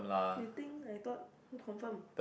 you think I thought who confirm